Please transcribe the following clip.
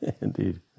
Indeed